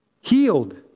healed